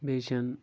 بیٚیہِ چھنہٕ